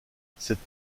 cette